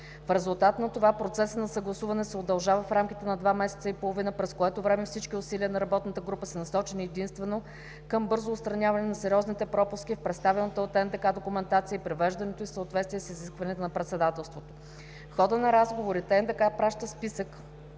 В резултат на това процесът на съгласуване се удължава в рамките на два месеца и половина, през което време всички усилия на работната група са насочени единствено към бързо отстраняване на сериозните пропуски в представяната от НДК документация и привеждането й в съответствие с изискванията на председателството. В хода на разговорите НДК изпраща списък